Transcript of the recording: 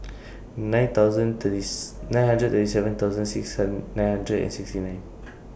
nine thousand thirties nine hundred thirty seven thousand six and nine hundred and sixty nine